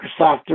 Microsoft